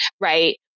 right